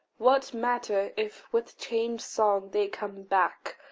what matter if with changed song they come back?